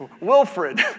Wilfred